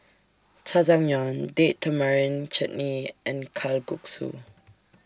Jajangmyeon Date Tamarind Chutney and Kalguksu